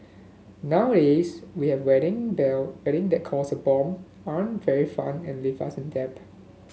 nowadays we have wedding there wedding that cost a bomb aren't very fun and leave us in debt